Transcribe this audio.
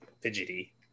fidgety